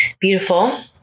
beautiful